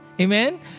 Amen